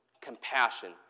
compassion